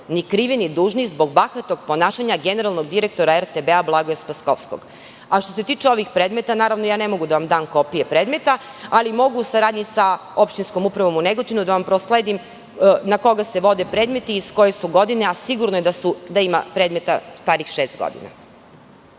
ni krivi ni dužni, zbog bahatog ponašanja generalnog direktora RTB, Blagoja Spaskovskog. Što se tiče ovih predmeta, naravno, ja ne mogu da vam dam kopije predmeta, ali mogu u saradnji sa Opštinskom upravom u Negotinu da vam prosledim na koga se vode predmeti i iz koje su godine, a sigurno je da ima predmeta starih šest godina.